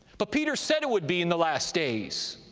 but peter said it would be in the last days.